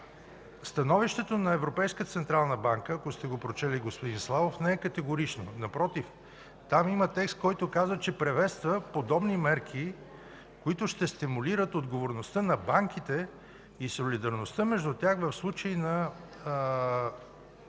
Становището на Европейската централна банка, ако сте го прочели, господин Славов, не е категорично. Напротив, там има текст, който казва, че приветства подобни мерки, които ще стимулират отговорността на банките и солидарността между тях в случай на